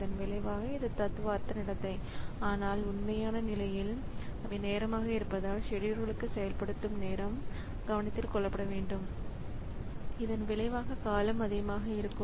இதன் விளைவாக இது தத்துவார்த்த நடத்தை ஆனால் உண்மையான இந்நிலையில் அவை நேரமாக இருப்பதால் செடியூலர்களுக்கு செயல்படுத்தும் நேரம் கவனத்தில் கொள்ளப்பட வேண்டும் இதன் விளைவாக காலம் அதிகமாக இருக்கும்